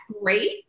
great